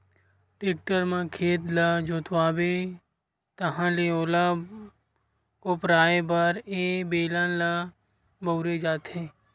tractor म खेत ल जोतवाबे ताहाँले ओला कोपराये बर ए बेलन ल बउरे जाथे